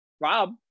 Rob